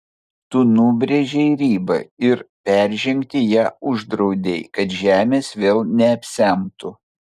tu nubrėžei ribą ir peržengti ją uždraudei kad žemės vėl neapsemtų